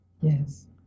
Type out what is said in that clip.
yes